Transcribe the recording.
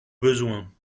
besoins